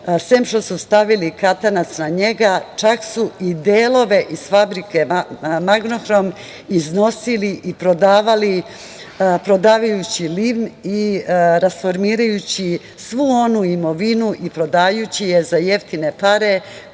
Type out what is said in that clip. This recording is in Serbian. sem što su stavili katanac na njega, čak su i delove iz fabrike "Magnohrom" iznosili prodavajući i rasformirajući svu onu imovinu i prodajući je za jeftine pare